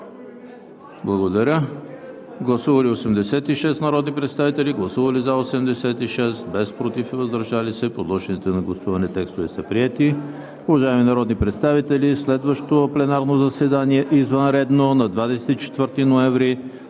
за § 13. Гласували 86 народни представители: за 86, против и въздържали се няма. Подложените на гласуване текстове са приети. Уважаеми народни представители, следващото пленарно заседание – извънредно, е на 24 ноември,